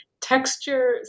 texture